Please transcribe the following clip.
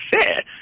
fair